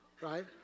right